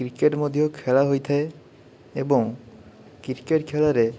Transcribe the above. cricket ମଧ୍ୟ ଖେଳ ହୋଇଥାଏ ଏବଂ କ୍ରିକେଟ ଖେଳରେ